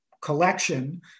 collection